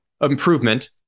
improvement